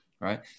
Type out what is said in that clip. Right